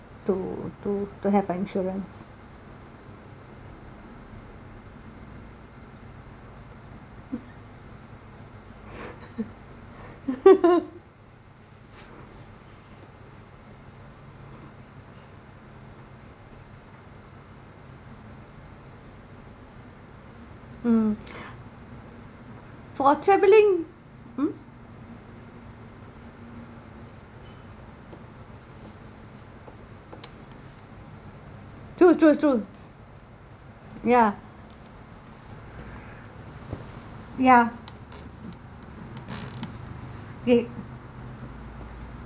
to to to have an insurance mm for travelling mm true true true ya ya eh